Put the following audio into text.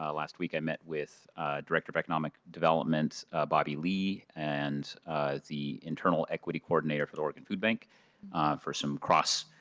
ah last week i met with director of economic development bobby lee, and the internal equity coordinator for the oregon food bank for some cross